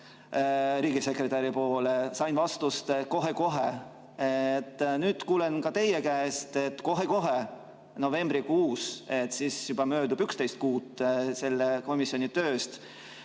riigisekretäri poole ja sain vastuse, et kohe-kohe. Nüüd kuulen ka teie käest, et kohe-kohe. Novembrikuus möödub 11 kuud selle komisjoni töö